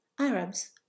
Arabs